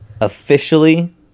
officially